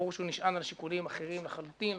ברור שהוא נשען על שיקולים אחרים לחלוטין.